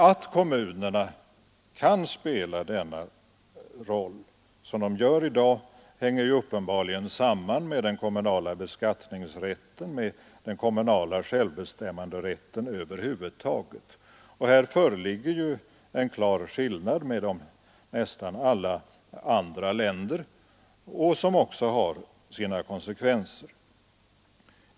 Att kommunerna kan spela den roll som de gör i dag, hänger uppenbarligen samman med den kommunala beskattningsrätten, med den kommunala självbestämmanderätten över huvud taget, och här föreligger en klar skillnad i förhållande till nästan alla andra länder, något som också har sina konsekvenser.